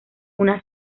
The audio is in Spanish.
una